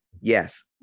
Yes